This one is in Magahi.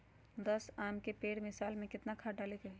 दस आम के पेड़ में साल में केतना खाद्य डाले के होई?